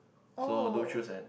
oh